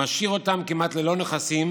משאירה אותם כמעט ללא נכסים,